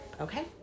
okay